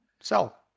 sell